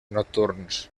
nocturns